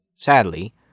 Sadly